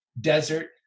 desert